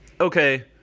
Okay